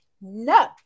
No